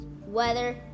weather